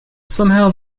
somehow